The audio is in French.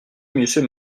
monsieur